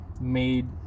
made